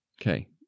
Okay